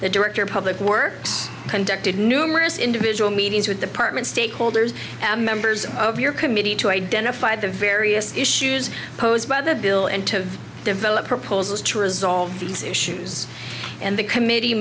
the director of public works conducted numerous individual meetings with department stakeholders and members of your committee to identify the various issues posed by the bill and to develop proposals to resolve these issues and the committee